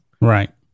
Right